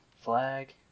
flag